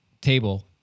table